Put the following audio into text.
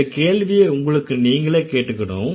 இந்த கேள்விய உங்களுக்கு நீங்களே கேட்டுக்கனும்